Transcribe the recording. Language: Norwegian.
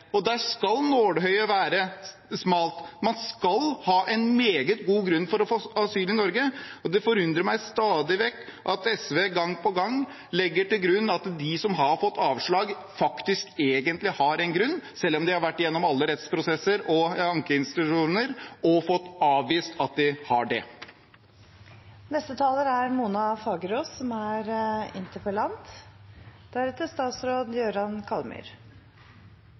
Og der skal nåløyet være smalt; man skal ha en meget god grunn for å få asyl i Norge. Det forundrer meg stadig vekk at SV gang på gang legger til grunn at de som har fått avslag, faktisk egentlig har en grunn for opphold, selv om de har vært gjennom alle rettsprosesser og ankeinstitusjoner og fått avvist at de har